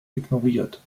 ignoriert